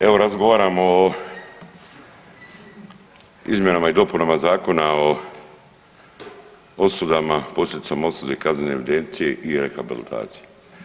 Evo razgovaramo o izmjenama i dopunama Zakona o posljedicama osude kaznene evidencije i rehabilitacije.